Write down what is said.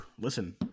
Listen